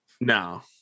No